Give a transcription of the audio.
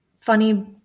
funny